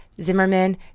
Zimmerman